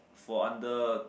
for under